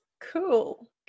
Cool